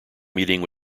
meeting